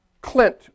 Clint